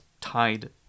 tied